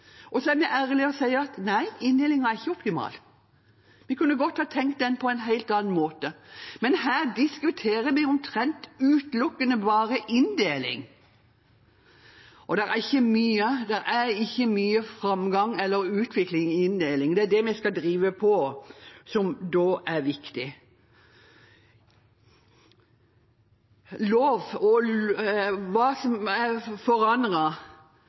Så er vi ærlige og sier at nei, inndelingen er ikke optimal – vi kunne godt ha tenkt den på en helt annen måte. Men her diskuterer vi omtrent utelukkende inndeling, og det er ikke mye framgang eller utvikling innen inndeling. Det er det vi skal drive på med, som er viktig. Lov – og hva som er